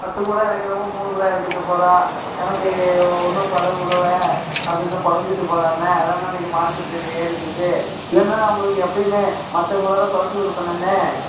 பத்து கூடை இறக்குறவன் மூணு கூடை இறக்கிட்டுப் போகிறான் எனக்கு ஒ ஒன்னும் படகு விடல அப்படின்னு புலம்பிட்டுப் போகிறாண்ணே அதாண்ணே இன்றைக்கி மார்க்கெட் ரேட்டு ஏறிப் போயிட்டு இல்லைன்னா உங்களுக்கு எப்போயுமே மற்றவங்கள விட குறச்சு கொடுப்பனேண்ணே